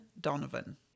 Donovan